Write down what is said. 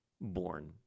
born